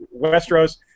Westeros